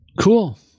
cool